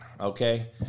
okay